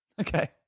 Okay